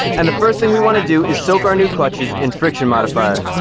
and the first thing we want to do is soak our new clutches in friction modifier.